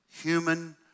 human